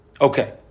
okay